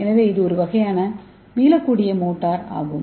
எனவே இது ஒரு வகையான மீளக்கூடிய மோட்டார் ஆகும்